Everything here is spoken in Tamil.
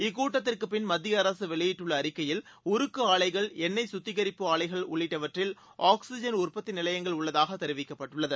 இக்கூட்டத்திற்குப்பின் மத்திய அரசு வெளியிட்டுள்ள அறிக்கையில் உருக்கு ஆலைகள் எண்ணொய் சுத்திகாரிப்பு ஆலைகள் உள்ளிட்டவற்றில் ஆக்ஸிஜன் உற்பத்தி நிலையங்கள் உள்ளதாக தெரிவிக்கப்பட்டுள்ளது